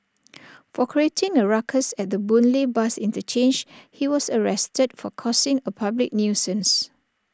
for creating A ruckus at the boon lay bus interchange he was arrested for causing A public nuisance